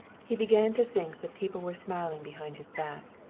he began to think that people were smiling behind his back,